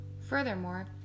Furthermore